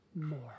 more